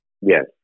Yes